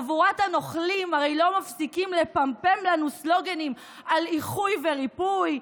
חבורת הנוכלים הרי לא מפסיקה לפמפם לנו סלוגנים על איחוי והריפוי,